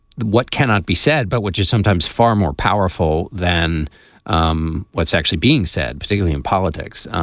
what cannot be said, but which is sometimes far more powerful than um what's actually being said, particularly in politics.